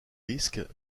risques